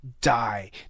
die